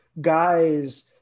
guys